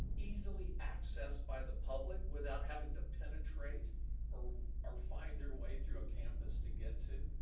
easily accessed by the public without having to penetrate or or find their way through a campus to get to.